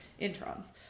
introns